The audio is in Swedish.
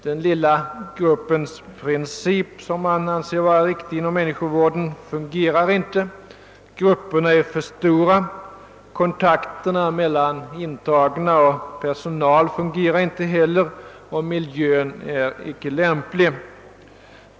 Den lilla gruppens princip, som man anser vara riktig inom människovården, fungerar inte, grupperna är för stora, kontakten mellan intagna och personal fungerar inte heller och miljön är icke lämplig.